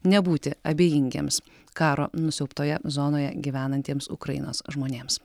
nebūti abejingiems karo nusiaubtoje zonoje gyvenantiems ukrainos žmonėms